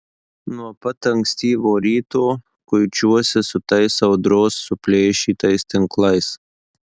nuo pat ankstyvo ryto kuičiuosi su tais audros suplėšytais tinklais